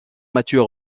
mathieu